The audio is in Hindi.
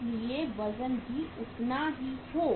इसलिए वजन भी उतना ही हो